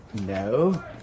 No